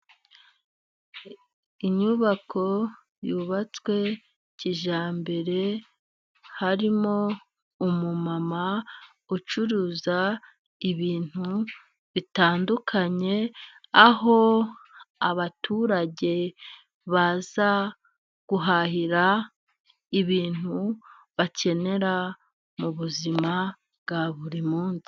Inyubako yubatswe kijyambere harimo umumama ucuruza ibintu bitandukanye, aho abaturage baza guhahira ibintu bakenera mu buzima bwa buri munsi.